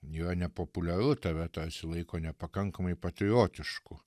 jau nepopuliaru tave tarsi laiko nepakankamai patriotišku